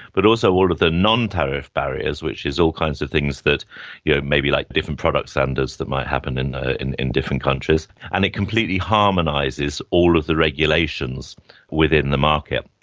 but also all of the non-tariff barriers, which is all kinds of things that yeah may be like different product standards that might happen in ah in different countries. and it completely harmonises all of the regulations within the market,